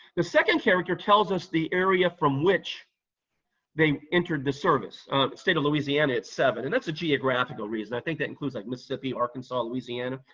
the second character tells us the area from which they entered the service. the state of louisiana, it's seven, and that's a geographical reason. i think that includes like mississippi, arkansas, louisiana.